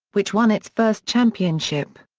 which won its first championship.